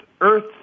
earth